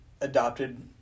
adopted